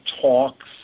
talks